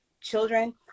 children